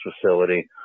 facility